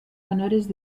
honores